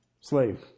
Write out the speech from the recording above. Slave